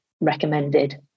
recommended